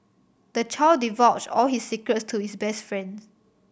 the child divulged all his secrets to his best friend